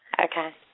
Okay